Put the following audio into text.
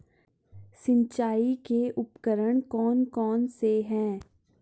सिंचाई के उपकरण कौन कौन से हैं?